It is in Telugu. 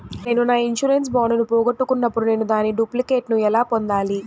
నేను నా ఇన్సూరెన్సు బాండు ను పోగొట్టుకున్నప్పుడు నేను దాని డూప్లికేట్ ను ఎలా పొందాలి?